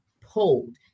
pulled